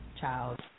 child